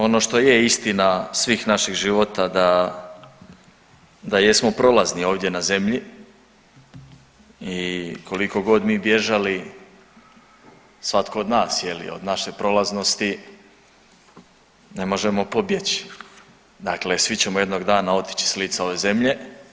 Ono što je istina svih naših života da, da jesmo prolazni ovdje na zemlji i koliko god mi bježali, svatko od nas je li od naše prolaznosti ne možemo pobjeći, dakle svi ćemo jednog dana otići s lica ove zemlje.